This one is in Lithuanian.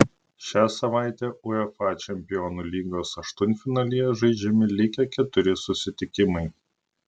šią savaitę uefa čempionų lygos aštuntfinalyje žaidžiami likę keturi susitikimai